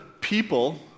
people